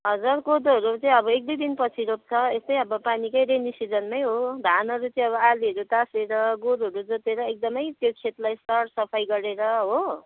हजुर कोदोहरू चाहिँ अब एक दुई दिनपछि रोप्छ यस्तै अब पानीकै रेनी सिजनमै हो धानहरू चाहिँ अब आलिहरू तासेर गोरुहरू जोतेर एकदमै त्यो खेतलाई सर सफाइ गरेर हो